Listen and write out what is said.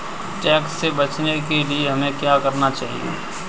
Tax से बचने के लिए हमें क्या करना चाहिए?